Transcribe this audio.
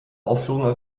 aufführungen